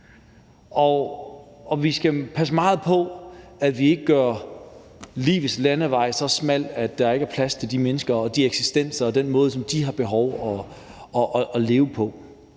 Og vi skal passe meget på, at vi ikke gør livets landevej så smal, at der ikke er plads til de mennesker og de eksistenser og den måde, som de har behov for at leve på.